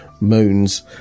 moons